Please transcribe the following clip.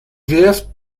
wirft